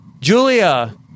Julia